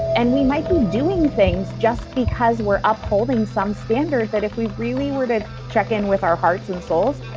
and we might be doing things just because we're upholding some standards that if we really were to check in with our hearts and souls,